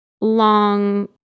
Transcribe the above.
long